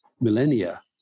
millennia